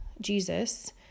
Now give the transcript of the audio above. Jesus